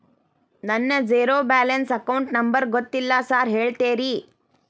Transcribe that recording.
ನನ್ನ zero balance account number ಗೊತ್ತಿಲ್ಲ sir ಹೇಳ್ತೇರಿ?